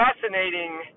fascinating